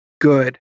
good